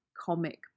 comic